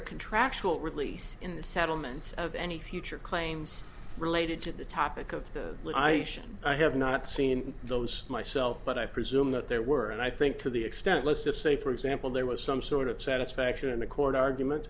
a contractual release in the settlements of any future claims related to the topic of the i i have not seen those myself but i presume that there were and i think to the extent let's just say for example there was some sort of satisfaction in the court argument